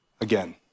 again